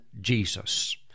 Jesus